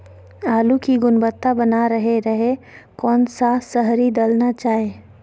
आलू की गुनबता बना रहे रहे कौन सा शहरी दलना चाये?